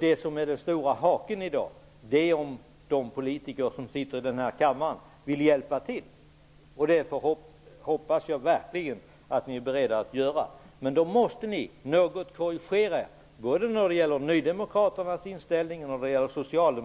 där. Den stora haken i dag är huruvida de politiker som sitter här i kammaren vill hjälpa till, och det hoppas jag verkligen att ni är beredda att göra. Men då måste både Nydemokraterna och Socialdemokraterna korrigera sin inställning.